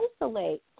isolate